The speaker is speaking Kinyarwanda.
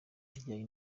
bijyanye